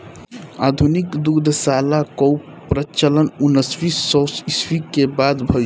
आधुनिक दुग्धशाला कअ प्रचलन उन्नीस सौ ईस्वी के बाद भइल